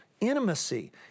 intimacy